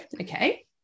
okay